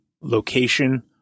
location